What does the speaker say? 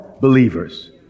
believers